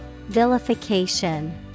Vilification